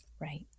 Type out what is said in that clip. right